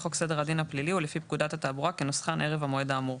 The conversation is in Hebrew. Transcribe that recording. חוק סדר הדין הפלילי ולפי פקודת התעבורה כנוסחן ערב המועד כאמור.